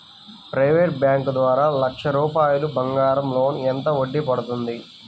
Private bank ద్వారా లక్ష రూపాయలు బంగారం లోన్ ఎంత వడ్డీ పడుతుంది?